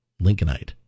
Lincolnite